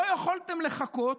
לא יכולתם לחכות,